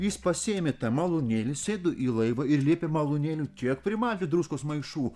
jis pasiėmė tą malūnėlį sėdo į laivą ir liepė malūnėliui tiek primalti druskos maišų